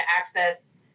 access